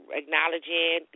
acknowledging